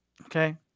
Okay